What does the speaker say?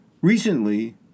Recently